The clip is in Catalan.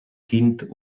quint